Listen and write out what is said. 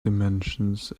dimensions